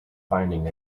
finding